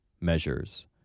measures